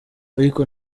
ariko